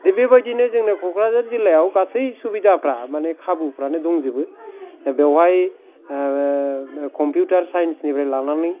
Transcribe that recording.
बे बायदिनो क'क्राझार जिल्लायाव गासै सुबिदाफ्रा माने खाबुफ्रानो दंजोबो बेवहाय कप्युटार साइन्स निफ्राय लानानै